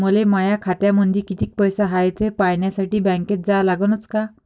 मले माया खात्यामंदी कितीक पैसा हाय थे पायन्यासाठी बँकेत जा लागनच का?